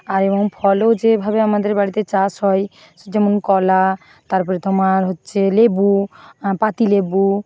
আর এবং ফলও যেভাবে আমাদের বাড়িতে চাষ হয় যেমন কলা তারপরে তোমার হচ্ছে লেবু পাতিলেবু